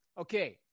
Okay